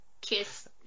kiss